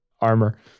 armor